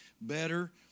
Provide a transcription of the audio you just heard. better